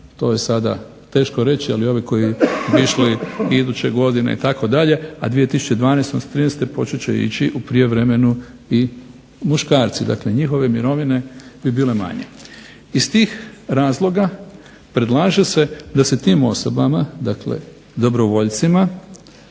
to je sada teško reći, ali oni koji bi išli iduće godine itd., a 2012. odnosno 2013. počet će ići u prijevremenu i muškarci, dakle njihove mirovine bi bile manje. Iz tih razloga predlaže se da se tim osobama, dakle dobrovoljcima,